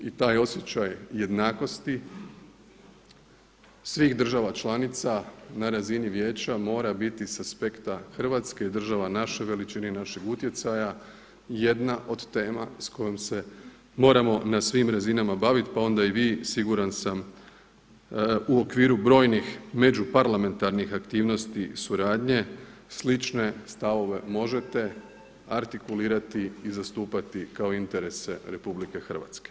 I taj osjećaj jednakosti svih država članica na razini Vijeća, mora biti sa aspekta Hrvatske i država naše veličine i našeg utjecaja jedna od tema s kojom se moramo na svim razinama baviti pa onda i vi siguran sam u okviru brojnih međuparlamentarnih aktivnosti suradnje, slične stavove možete artikulirati i zastupati kao interese RH.